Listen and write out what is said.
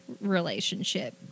relationship